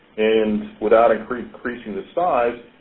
and without increasing the size,